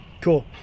cool